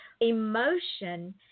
emotion